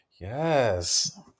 Yes